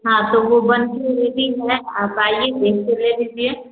हाँ तो वह बनकर रेडी है आप आइए देखकर ले लीजिए